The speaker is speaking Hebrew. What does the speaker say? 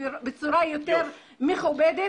בצורה יותר מכובדת.